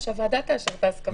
ושהוועדה תאשר את ההסכמה.